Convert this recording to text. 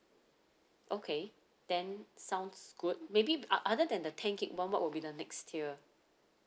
okay then sounds good maybe uh other than the ten gig what what would be the next tier